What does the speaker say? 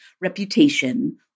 reputation